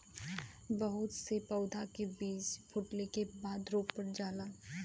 बहुत से पउधा के बीजा फूटले के बादे रोपल जाला